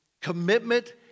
commitment